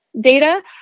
data